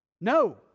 No